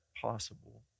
possible